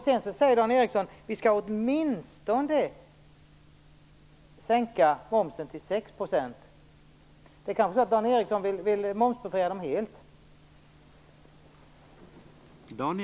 Sedan säger Dan Ericsson att vi åtminstone skall sänka momsen till 6 %. Det kanske är så att Dan Ericsson vill momsbefria djurparkerna helt.